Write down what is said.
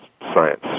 science